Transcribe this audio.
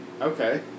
Okay